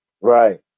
Right